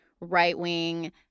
right-wing